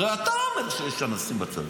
הרי אתה אומר שיש אנסים בצבא.